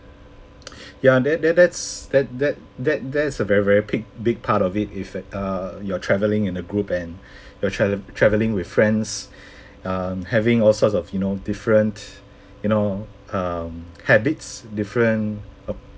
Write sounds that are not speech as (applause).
(noise) ya that that that's that that that there's very very big big part of it if uh you're travelling in a group and you're tra~ travelling with friends um having all sorts of you know different you know um habits different